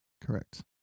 Correct